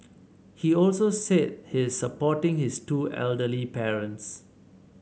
he also said he is supporting his two elderly parents